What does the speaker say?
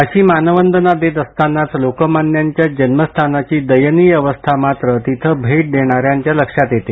अशी मानवंदना देत असतानाच लोकमान्यांच्या जन्मस्थानाची दयनीय अवस्था मात्र तिथं भेट देणाऱ्यांच्या लक्षात येते